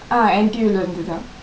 ah N_T_U இருந்துதான்:irunthuthaan